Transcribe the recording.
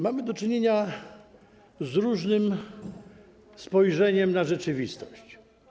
Mamy do czynienia z różnymi spojrzeniami na rzeczywistość.